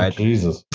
ah jesus.